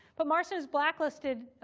but marston is blacklisted